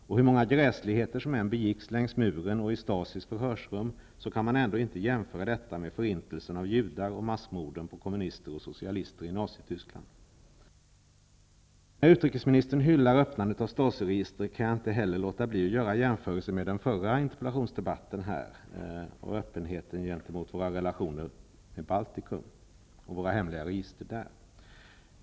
Och hur många gräsligheter som än begicks längs muren och i Stasis förhörsrum, kan man ändå inte jämföra detta med förintelsen av judar och massmorden på kommunister och socialister i Nazityskland. Då kan jag inte låta bli att göra jämförelser med den förra interpellationsdebatten och öppenheten när det gäller våra relationer med Baltikum och våra register där.